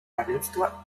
равенство